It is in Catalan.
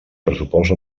pressupost